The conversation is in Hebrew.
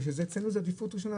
בגלל שאצלנו זה בעדיפות ראשונה,